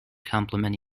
complement